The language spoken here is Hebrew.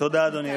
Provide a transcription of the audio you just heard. תודה, אדוני.